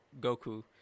Goku